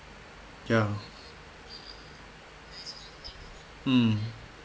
ya um